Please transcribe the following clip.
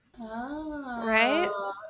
right